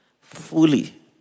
fully